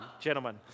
gentlemen